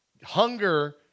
Hunger